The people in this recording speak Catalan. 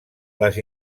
les